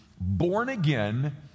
born-again